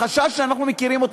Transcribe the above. החשש שאנחנו מכירים,